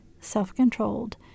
self-controlled